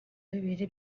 bibiri